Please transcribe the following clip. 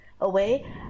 away